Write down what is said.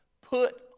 put